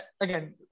again